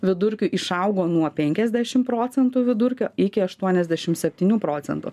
vidurkiu išaugo nuo penkiasdešim procentų vidurkio iki aštuoniasdešim septynių procentų